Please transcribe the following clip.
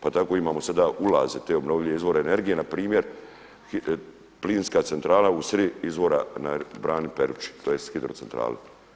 Pa tako imamo sada ulaze te obnovljive izvore energije, npr. plinska centrala u sri izvora na brani Peruči tj. hidrocentrale.